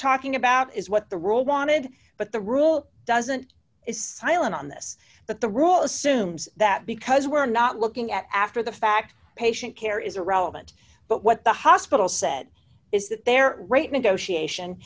talking about is what the rule wanted but the rule doesn't is silent on this but the rule assumes that because we're not looking at after the fact patient care is irrelevant but what the hospital said is that they're right negotiation